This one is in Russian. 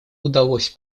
удалось